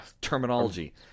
terminology